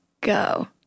go